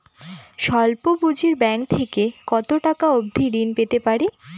স্বল্প পুঁজির ব্যাংক থেকে কত টাকা অবধি ঋণ পেতে পারি?